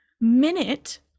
minute